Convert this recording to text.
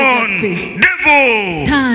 devil